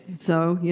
so,